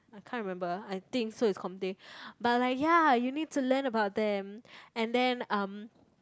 I can't remember I think so is Comte but like ya you need to learn about them and then um